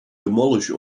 demolish